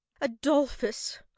Adolphus